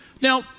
Now